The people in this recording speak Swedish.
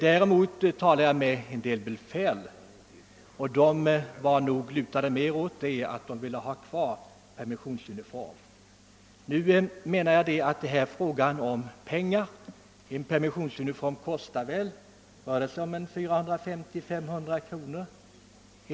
Jag talade också med en del befälspersoner, men de lutade mer åt att behålla permissionsuniformerna. Detta är enligt min mening en kostnadsfråga. Enligt uppgift från säker källa kostar en permissionsuniform 450—500 kronor.